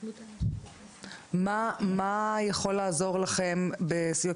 מה יכול לעזור לכם בסיוע?